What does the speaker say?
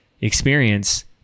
experience